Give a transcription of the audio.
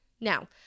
Now